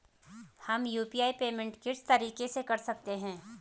हम UPI payment किस तरीके से कर सकते हैं?